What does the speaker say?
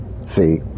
see